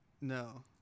No